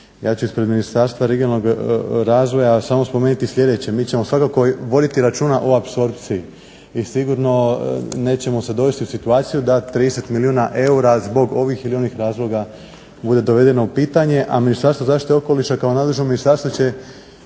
Ja ću ispred Ministarstva regionalnog razvoja samo spomenuti sljedeće. Mi ćemo svakako voditi računa o apsorpciji i sigurno nećemo se dovesti u situaciju da 30 milijuna eura zbog ovih ili onih razloga bude dovedeno u pitanje. A Ministarstvo zaštite okoliša kao nadležno ministarstvo će